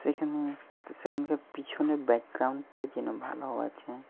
সেখানে সেখানকার পিছনের ব্যাকগ্রাউন্ডটা যেন ভালো হ আছে